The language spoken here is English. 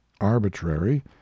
arbitrary